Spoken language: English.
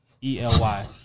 E-L-Y